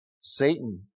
Satan